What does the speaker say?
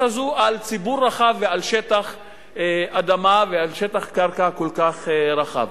הזו על ציבור רחב ועל שטח אדמה ועל שטח קרקע כל כך רחב.